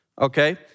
Okay